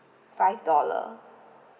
five dollar